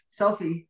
Selfie